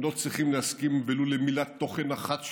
הם לא צריכים להסכים ולו למילת תוכן אחת שלנו,